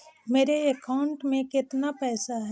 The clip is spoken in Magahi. मेरे अकाउंट में केतना पैसा है?